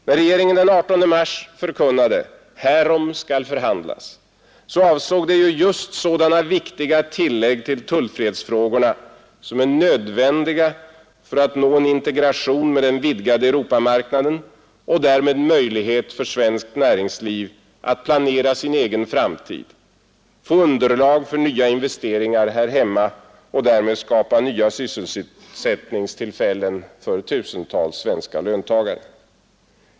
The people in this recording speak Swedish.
När regeringen den 18 mars förkunnade ”Härom skall förhandlas” avsåg det ju just sådana viktiga tillägg till tullfrihetsfrågorna som är nödvändiga för att nå en integration med den vidgade Europamarknaden och därmed möjlighet för svenskt näringsliv att planera sin egen framtid, få underlag för nya investeringar här hemma och därmed skapa nya sysselsättningstillfällen för tusentals svenska löntagare.